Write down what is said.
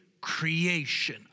creation